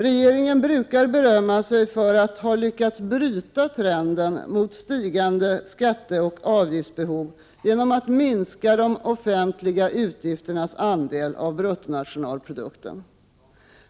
Regeringen brukar berömma sig av att ha lyckats bryta trenden mot stigande skatteoch avgiftsbehov genom att minska de offentliga utgifternas andel av bruttonationalprodukten.